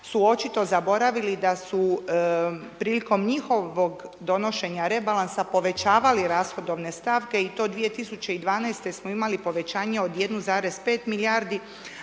su očito zaboravili da su prilikom njihovog donošenja rebalansa povećavali rashodovne stavke i to 2012. smo imali povećanje od 1,5 milijardi